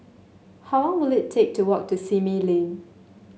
how long will it take to walk to Simei Lane